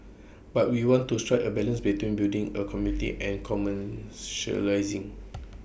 but we want to strike A balance between building A community and commercialising